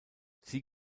sie